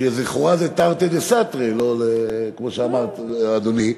שלכאורה זה תרתי דסתרי, כמו שאמר אדוני,